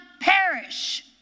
perish